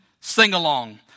Sing-Along